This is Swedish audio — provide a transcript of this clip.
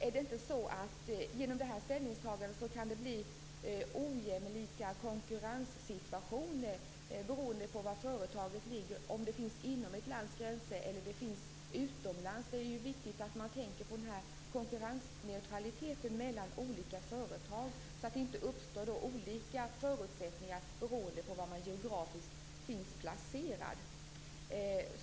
Är det inte så att det genom det här ställningstagandet kan uppstå ojämlika konkurrenssituationer beroende på var företaget ligger, dvs. om det finns inom ett lands gränser eller utomlands? Det är viktigt att man tänker på konkurrensneutraliteten mellan olika företag så att det inte uppstår olika förutsättningar beroende på var man geografiskt finns placerad.